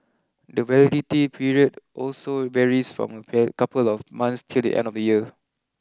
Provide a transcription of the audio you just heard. the validity period also varies from a pair couple of months till the end of the year